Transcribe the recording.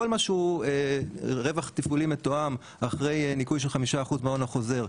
כל מה שהוא רווח תפעולי מתואם אחרי ניכוי של חמישה אחוזים מההון החוזר,